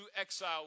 exile